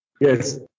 Yes